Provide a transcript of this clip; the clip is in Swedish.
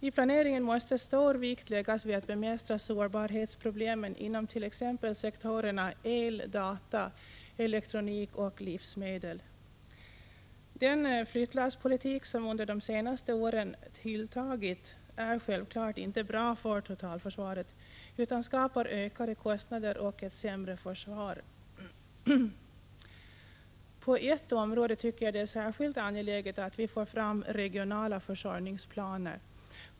I planeringen måste stor vikt läggas vid att bemästra sårbarhetsproblemen inom t.ex. sektorerna el, data, elektronik och livsmedel. Den flyttlasspolitik som under de senaste åren tillämpats är självfallet inte bra för totalförsvaret utan skapar ökade kostnader och ett sämre försvar. På ett område tycker jag det är särskilt angeläget att vi får fram regionala försörjningsplaner.